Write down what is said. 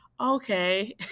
Okay